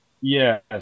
Yes